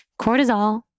cortisol